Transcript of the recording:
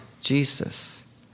Jesus